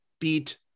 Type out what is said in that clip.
beat